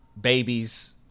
babies